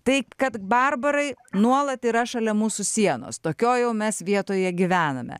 tai kad barbarai nuolat yra šalia mūsų sienos tokioj jau mes vietoje gyvename